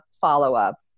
follow-up